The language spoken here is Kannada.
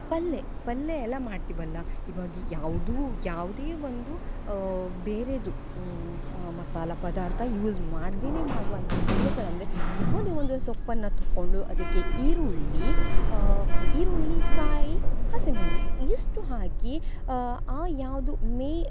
ಪಲ್ಲೆ ಪಲ್ಲೆ ಎಲ್ಲ ಮಾಡ್ತೀವಲ್ಲ ಇವಾಗ ಯಾವುದೂ ಯಾವುದೇ ಒಂದು ಬೇರೆಯದು ಮಸಾಲೆ ಪದಾರ್ಥ ಯೂಸ್ ಮಾಡ್ದೆ ಮಾಡುವಂಥ ಪಲ್ಯಗಳಂದರೆ ಯಾವುದೇ ಒಂದು ಸೊಪ್ಪನ್ನು ತಕೊಂಡು ಅದಕ್ಕೆ ಈರುಳ್ಳಿ ಈರುಳ್ಳಿ ಕಾಯಿ ಹಸಿಮೆಣಸು ಇಷ್ಟು ಹಾಕಿ ಆ ಯಾವುದು ಮೇ